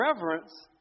reverence